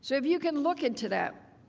so if you can look into that,